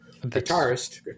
Guitarist